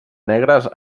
negres